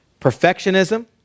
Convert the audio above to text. Perfectionism